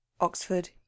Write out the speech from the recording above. Oxford